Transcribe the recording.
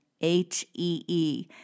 H-E-E